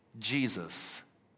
Jesus